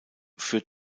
führt